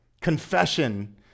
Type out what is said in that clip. Confession